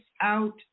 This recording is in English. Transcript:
out